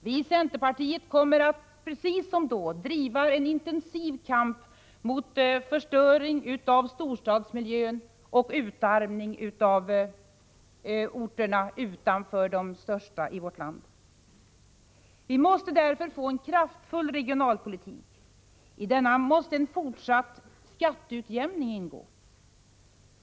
Vii centerpartiet kommer att — precis som då — driva en intensiv kamp mot förstöring av storstadsmiljön och utarmning av orterna utanför de största i vårt land. Vi måste därför få en kraftfull regionalpolitik. I denna måste en fortsatt skatteutjämning ingå.